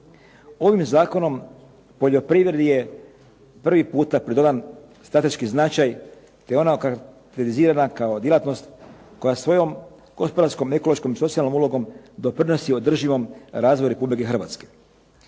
Ovim zakonom o poljoprivredi je prvi puta pridodan strateški značaj te ona je okarakterizirana kao djelatnost koja svojom gospodarskom, ekološkom, socijalnom ulogom doprinosi održivom razvoju Republike Hrvatske.